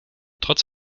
trotz